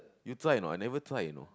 you tried or not I never tried you know